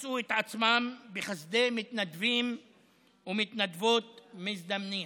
מצאו את עצמם נתונים לחסדי מתנדבים ומתנדבות מזדמנים.